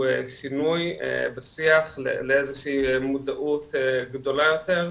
שינוי בשיח לאיזושהי מודעות גדולה יותר,